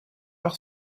par